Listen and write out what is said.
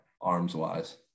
arms-wise